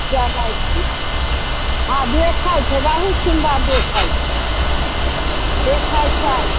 जनैत छी आ देखैत छै बहुत सुन्दर देखैत छै देखैत छै